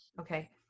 Okay